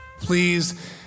Please